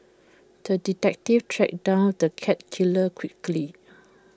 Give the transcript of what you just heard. the detective tracked down the cat killer quickly